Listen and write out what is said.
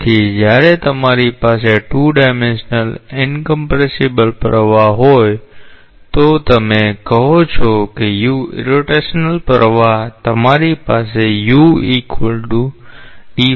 તેથી જ્યારે તમારી પાસે 2 ડાયમેન્સનલ ઈનકમ્પ્રેસિબલ પ્રવાહ હોય તો તમે કહો છો કે u ઇરરોટેશનલ પ્રવાહ તમારી પાસે and છે